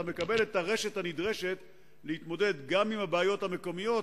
אתה מקבל את הרשת הנדרשת להתמודד גם עם הבעיות המקומיות,